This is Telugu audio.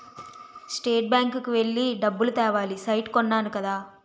స్టేట్ బ్యాంకు కి వెళ్లి డబ్బులు తేవాలి సైట్ కొన్నాను కదా